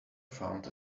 found